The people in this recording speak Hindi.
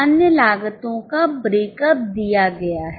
अन्य लागतों का ब्रेकअप दिया गया है